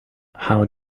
how